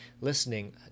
listening